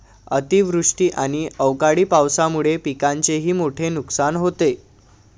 अतिवृष्टी आणि अवकाळी पावसामुळे पिकांचेही मोठे नुकसान होते